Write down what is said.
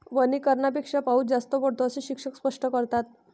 वनीकरणापेक्षा पाऊस जास्त पडतो, असे शिक्षक स्पष्ट करतात